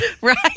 Right